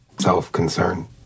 self-concern